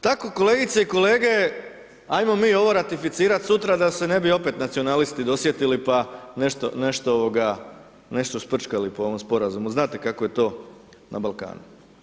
Tako kolegice i kolege ajmo mi ovo ratificirati sutra da se ne bi opet nacionalisti dosjetili pa nešto sprčkali po ovom sporazumu, znate kako je to na Balkanu.